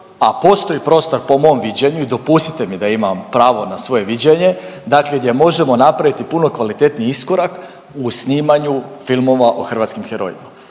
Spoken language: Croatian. a postoji prostor po mom viđenju i dopustite mi da imam pravo na svoje viđenje, dakle gdje možemo napraviti puno kvalitetniji iskorak u snimanju filmova o hrvatskim herojima.